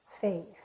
faith